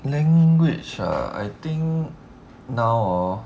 language ah I think now hor